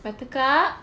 buttercup